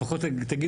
לפחות תגיד.